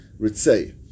ritsei